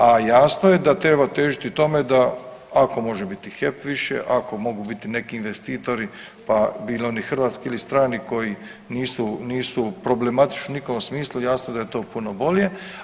A jasno je da treba težiti tome da ako može biti HEP više, ako mogu biti neki investitori, pa bili oni hrvatski ili strani koji nisu problematični ni u kom smislu jasno je da je to puno bolje.